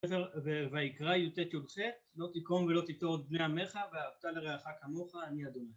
ספר ויקרא יט יח, לא תיקום ולא תיטור את בני עמך, ואהבת לרעך כמוך, אני ה'.